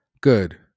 good